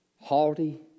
haughty